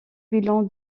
bilan